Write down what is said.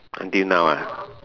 until now ah